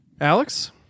Alex